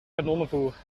kanonnenvoer